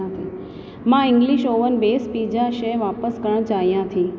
मां English oven base pizza शइ वापसि करणु चाहियां थी